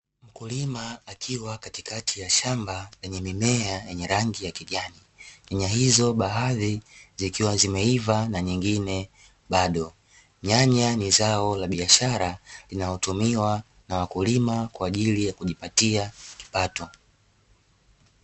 Mkulima akiwa katikati ya shamba lenye mimea yenye rangi ya kijani, nyanya hizo baadhi zikiwa zimeiva na nyingine bado. Nyanya ni zao la biashara linalotumiwa na wakulima kwa ajili ya kujipatia kipato.